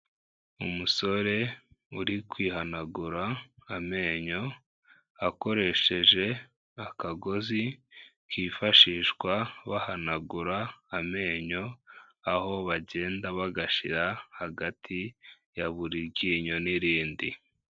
Umusore uri kwihanagura amenyo, akoresheje akagozi kifashishwa bahanagura amenyo aho bagenda bagashira hagati ya buri ryinyo n'irindi.